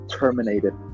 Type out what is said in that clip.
terminated